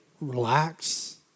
relax